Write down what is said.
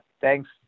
thanks